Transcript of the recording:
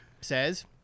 says